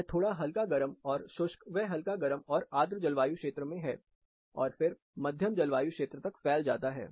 यह थोड़ा हल्का गर्म और शुष्क व हल्का गर्म और आद्र जलवायु क्षेत्र में है और फिर मध्यम जलवायु क्षेत्र तक फैल जाता है